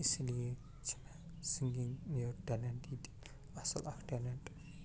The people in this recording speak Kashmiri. اِسی لیے چھِ مےٚ سِنٛگِنٛگ یہِ ٹٮ۪لنٛٹ یہِ تہِ اَصٕل اکھ ٹٮ۪لنٛٹ